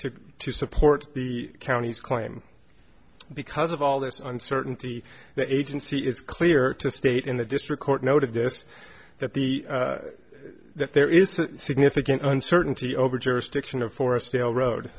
to to support the county's claim because of all this uncertainty that agency is clear to state in the district court noted this that the that there is a significant uncertainty over jurisdiction of forest dale road